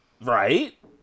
Right